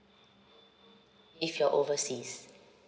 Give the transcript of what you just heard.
if you're overseas